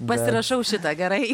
pasirašau šitą gerai